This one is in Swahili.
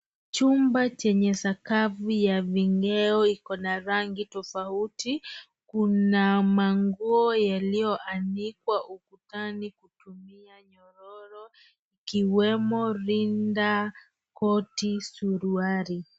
Chumba chenye sakafu ya vigae ikona rangi tofauti, kuna manguo yalioanikwa ukutani kutumia nyororo, ikiwemo rinda, koti, suruali.